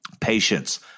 Patience